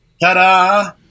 Ta-da